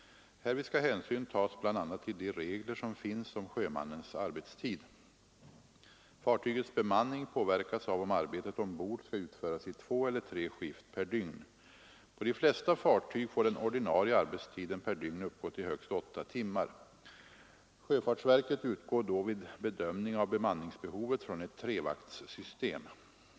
Härvid skall hänsyn tas bl.a. till de regler som finns om sjömannens arbetstid. Fartygets bemanning påverkas av om arbetet ombord skall utföras i två eller tre skift per dygn. På de flesta fartyg får den ordinarie arbetstiden per dygn uppgå till högst åtta timmar. Sjöfartsverket utgår då vid bedömning av bemanningsbehovet från ett trevaktssystem.